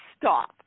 stop